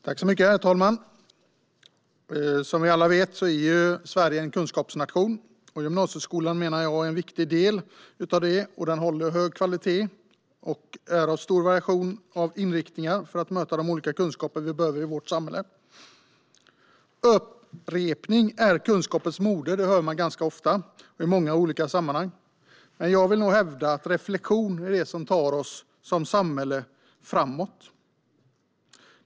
Herr talman! Som vi alla vet är Sverige en kunskapsnation, och gymnasieskolan menar jag är en viktig del av det. Den håller hög kvalitet och har stor variation när det gäller inriktningar för att ge de olika kunskaper vi behöver i vårt samhälle. Upprepning är kunskapens moder - det hör man ganska ofta och i många olika sammanhang. Men jag vill nog hävda att reflektion är det som tar oss som samhälle framåt.